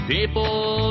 People